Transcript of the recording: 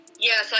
yes